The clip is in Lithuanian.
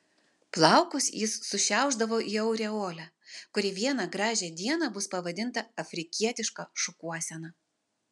plaukus jis sušiaušdavo į aureolę kuri vieną gražią dieną bus pavadinta afrikietiška šukuosena